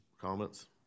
comments